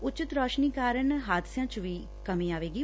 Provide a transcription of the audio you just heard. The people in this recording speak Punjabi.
ਉੱਚਤ ਰੌਸ਼ਨੀ ਕਾਰਨ ਹਾਦਸਿਆਂ ਚ ਵੀ ਕਮੀ ਆਏਗੀ